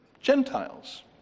Gentiles